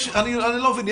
אני לא מבין,